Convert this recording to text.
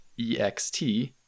EXT